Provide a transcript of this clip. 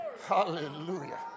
hallelujah